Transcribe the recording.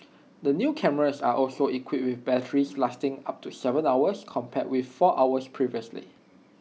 the new cameras are also equipped with batteries lasting up to Seven hours compared with four hours previously